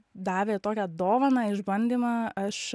davė tokią dovaną išbandymą aš